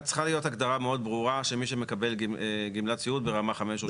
צריכה להיות הגדרה מאוד ברורה של מי שמקבל גמלת סיעוד ברמה חמש או שש.